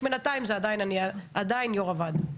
בינתיים אני עדיין יו"ר הוועדה.